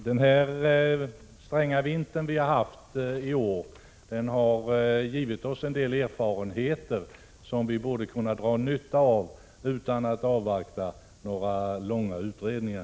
Den stränga vinter vi har haft i år har givit oss en del erfarenheter som vi borde kunna dra nytta av utan att avvakta några långa utredningar.